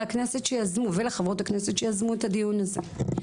הכנסת ולחברות הכנסת שיזמו את הדיון הזה,